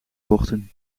bochten